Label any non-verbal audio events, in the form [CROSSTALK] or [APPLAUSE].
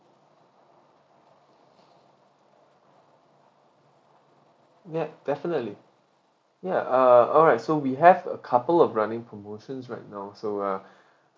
ya definitely ya uh alright so we have a couple of running promotions right now so uh [BREATH]